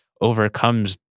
overcomes